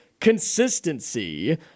consistency